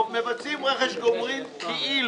מבצעים רכש גומלין כאילו.